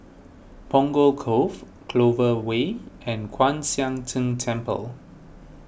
Punggol Cove Clover Way and Kwan Siang Tng Temple